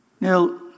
Now